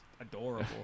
Adorable